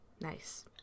nice